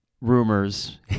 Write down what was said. rumors